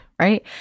right